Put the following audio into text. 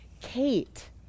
Kate